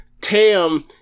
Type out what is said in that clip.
Tam